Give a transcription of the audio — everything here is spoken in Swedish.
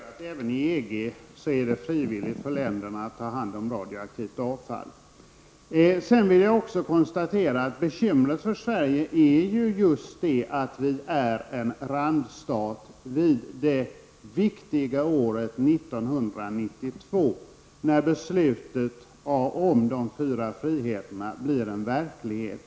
Herr talman! Jag vill först konstatera att även inom EG är det frivilligt för länderna att ta hand om radioaktivt avfall. Sedan vill jag också konstatera att bekymret för Sverige är just att Sverige är en randstat vid det viktiga årtalet 1992, när beslutet om de fyra friheterna blir verklighet.